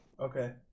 Okay